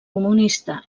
comunista